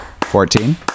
Fourteen